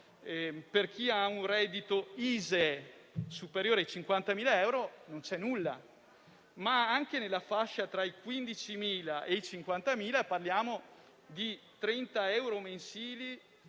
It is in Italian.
Per chi ha un reddito ISEE superiore a 50.000 euro non c'è nulla. Anche nella fascia tra i 15.000 e i 50.000 euro parliamo di 30 euro mensili